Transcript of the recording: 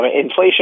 Inflation